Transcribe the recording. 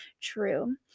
true